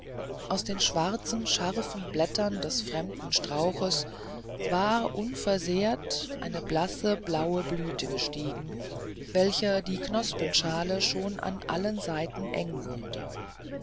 aus den schwarzen scharfen blättern des fremden strauches war unversehrt eine blasse blaue blüte gestiegen welcher die knospenschalen schon an allen seiten enge wurden